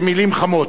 במלים חמות.